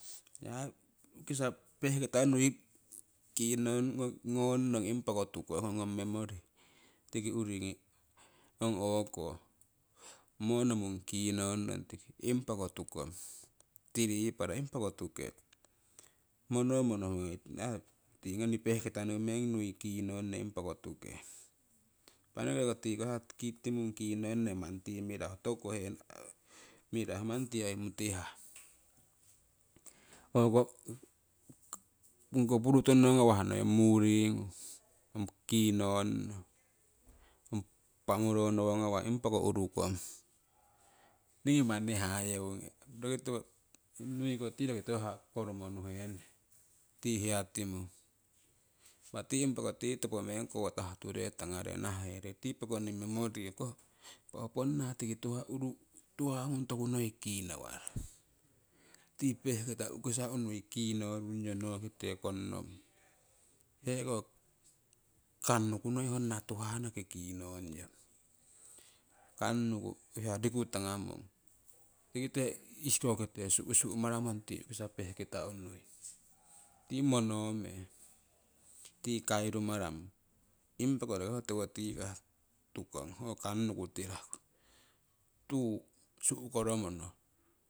Nii aii u'kisa pehkita nui kiinoi ngnong impako tukong ho ngong memory tiki uringi ong o'ko moo nomung kinonnong tiki impako tuukong, tiripara impako tuuke. Monomo nohungee tii ngoni pehkita niu kinnon nee impako tuuke. Impah tii hiya kinnongne tii mara mirahu tokuko he manni tii oi mutihah, hoko purutu nowo ngawah, noii muri ngung kinnonnong ong pamuro nowo ngawah impako uurukong ningii manni hayeungee nui ko tii roki tiwo kokorumo nuhene tii hiya timung. Impa ko tii kotah ture tangake nahahere tii pokonii memory hoo ponna tiki tuhah ngung toku noii kinawarong tii pehkita unuii kinorungyong nokite kongnommo heko kannuku noii honna tuhahanoki kiino rungyong kannuku hia riku tangamong tikite ihkokite su'su' maramong tii u'kisa pehkita unui tii monome ti kiarumaramo impako roki ho tiwotikah tuukong ho kannuku tiraku tuu su'koromono.